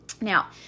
Now